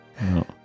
No